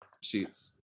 sheets